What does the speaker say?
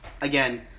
Again